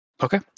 Okay